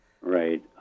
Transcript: Right